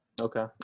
Okay